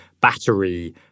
battery